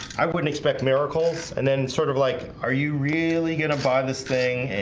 i wouldn't expect miracles and then sort of like are you really gonna buy this thing?